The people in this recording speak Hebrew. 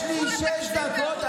יש לי שש דקות,